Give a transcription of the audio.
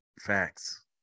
Facts